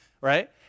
right